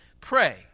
pray